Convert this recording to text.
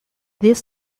this